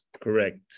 correct